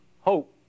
hope